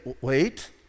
wait